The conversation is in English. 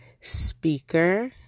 speaker